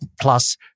plus